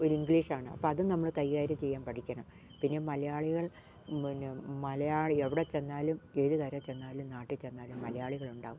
ഒരു ഇംഗ്ലീഷാണ് അപ്പം അതും നമ്മള് കൈകര്യം ചെയ്യാൻ പഠിക്കണം പിന്നെ മലയാളികൾ മലയാളി എവിടെ ചെന്നാലും ഏതു കരയിൽ ചെന്നാലും നാട്ടിൽ ചെന്നാലും മലയാളിൾ ഉണ്ടാവും